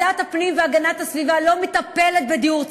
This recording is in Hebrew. לא ועדת הפנים והגנת הסביבה מטפלת בדיור ציבורי,